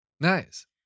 Nice